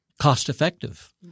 cost-effective